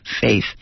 Faith